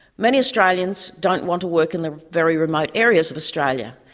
many australians don't want to work in the very remote areas of australia,